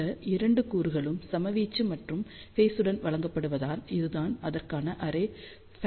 இந்த 2 கூறுகளும் சம வீச்சு மற்றும் ஃபேஸுடன் வழங்கப்படுவதால் இதுதான் அதற்கான அரே ஃபக்டர்